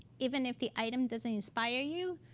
even if the item doesn't inspire you,